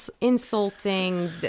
insulting